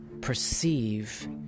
perceive